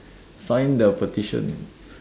sign the petition